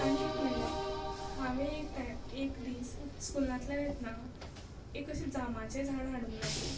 आनी एक म्हणल्यार हांवे एक टायम एक दीस स्कुलांतल्यान येतना एक अशें जामाचें झाड हाडून लायिल्लें